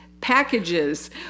packages